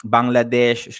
Bangladesh